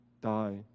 die